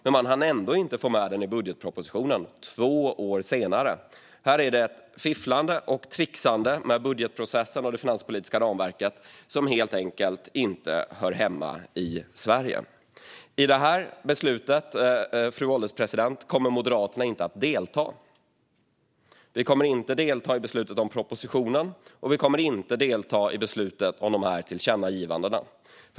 Men man hann ändå inte få med den i budgetpropositionen. Det här är ett fifflande och ett trixande med budgetprocessen och det finanspolitiska ramverket som helt enkelt inte hör hemma i Sverige. Fru ålderspresident! Moderaterna kommer inte att delta i beslutet om propositionen, och vi kommer inte heller att delta i beslutet om de här tillkännagivandena.